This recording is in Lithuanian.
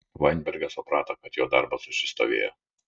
vainbergas suprato kad jo darbas užsistovėjo